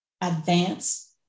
advance